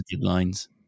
lines